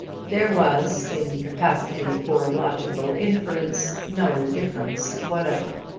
there was, in capacity for logical inference, no difference whatever.